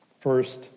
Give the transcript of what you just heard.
First